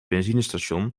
benzinestation